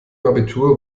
abitur